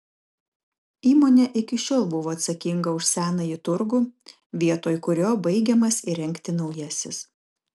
įmonė iki šiol buvo atsakinga už senąjį turgų vietoj kurio baigiamas įrengti naujasis